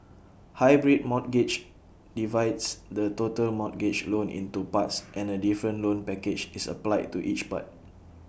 hybrid mortgages divides the total mortgage loan into parts and A different loan package is applied to each part